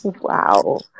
Wow